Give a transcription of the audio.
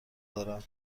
دارم